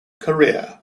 career